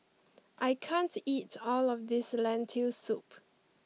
I can't eat all of this Lentil soup